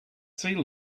sea